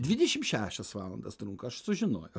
dvidešim šešias valandas trunka aš sužinojau